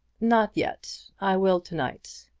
not yet. i will to-night.